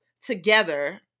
together